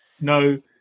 no